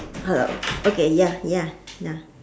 hello okay ya ya ya